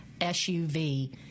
SUV